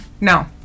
No